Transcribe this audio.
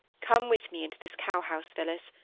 come with me into this cow-house, phillis.